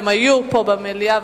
הן היו פה במליאה,